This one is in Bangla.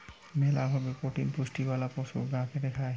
মেলা ভাবে প্রোটিন পুষ্টিওয়ালা পশুর গা কেটে খায়